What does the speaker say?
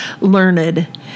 learned